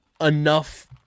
enough